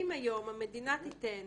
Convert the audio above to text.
אם היום המדינה תיתן